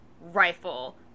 rifle